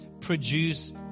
produce